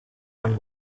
one